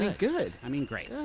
good. i mean, great.